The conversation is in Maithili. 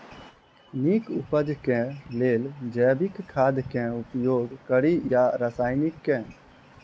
नीक उपज केँ लेल जैविक खाद केँ उपयोग कड़ी या रासायनिक केँ?